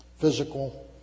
physical